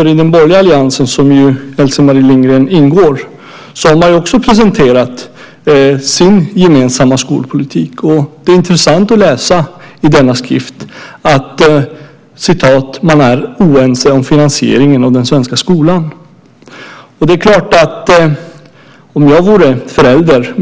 I den borgerliga alliansen, där Else-Marie Lindgren ingår, har man också presenterat sin gemensamma skolpolitik. Det är intressant att läsa i den skriften att man är oense om finansieringen av den svenska skolan. Om jag vore förälder